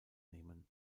nehmen